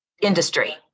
industry